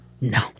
No